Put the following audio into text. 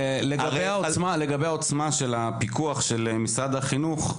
לגבי העוצמה של הפיקוח של משרד החינוך,